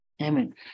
Amen